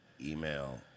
email